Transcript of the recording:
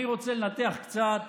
אני רוצה לנתח קצת